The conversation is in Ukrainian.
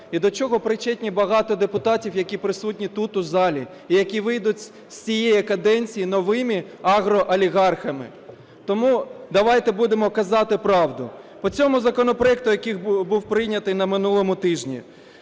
і до чого причетні багато депутатів, які присутні тут у залі і які вийдуть з цієї каденції новими агроолігархами. Тому давайте будемо казати правду. По цьому законопроекту, який був прийнятий на минулому тижні.